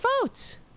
votes